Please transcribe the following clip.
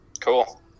Cool